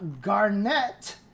Garnett